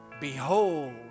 Behold